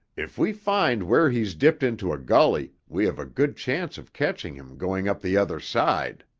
if we find where he's dipped into a gully, we have a good chance of catching him going up the other side.